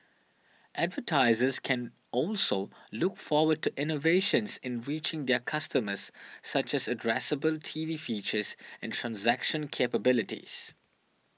advertisers can also look forward to innovations in reaching their customers such as addressable T V features and transaction capabilities